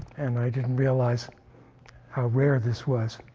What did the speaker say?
and i didn't realize how rare this was.